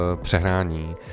přehrání